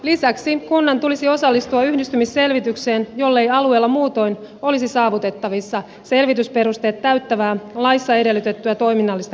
lisäksi kunnan tulisi osallistua yhdistymisselvitykseen jollei alueella muutoin olisi saavutettavissa selvitysperusteet täyttävää laissa edellytettyä toiminnallista kokonaisuutta